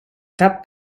cap